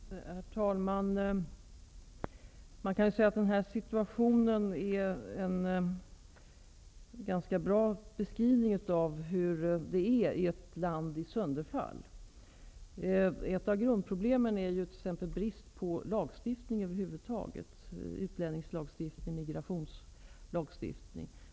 Herr talman! Man kan säga att den här situationen är en ganska bra illustration av hur det är i ett land i sönderfall. Ett av grundproblemen är brist på utlänningslagstiftning, migrationslagstiftning och lagstiftning över huvud taget.